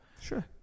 Sure